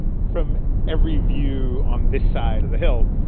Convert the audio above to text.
from every view on this side of the hill,